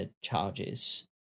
charges